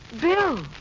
Bill